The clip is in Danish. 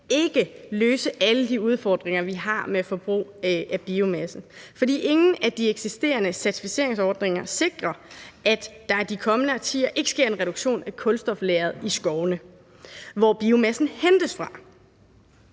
ikke løse alle de udfordringer, vi har med forbrug af biomasse, for ingen af de eksisterende certificeringsordninger sikrer, at der de kommende årtier ikke sker en reduktion af kulstoflageret i skovene, hvor biomassen hentes fra.